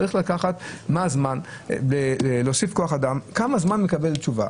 צריך להוסיף כוח אדם ולראות אחרי כמה זמן מקבלים תשובה.